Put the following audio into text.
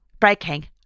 breaking